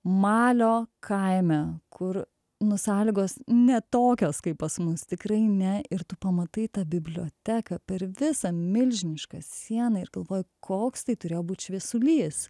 malio kaime kur nu sąlygos ne tokios kaip pas mus tikrai ne ir tu pamatai tą biblioteką per visą milžinišką sieną ir galvoji koks tai turėjo būt šviesulys